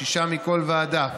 שישה מכל ועדה: